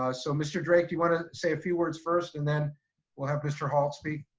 ah so mr. drake, do you want to say a few words first and then we'll have mr. halt speak?